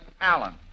Allen